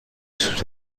sus